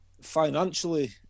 financially